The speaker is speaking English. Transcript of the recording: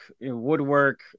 woodwork